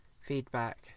feedback